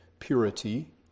purity